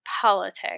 politics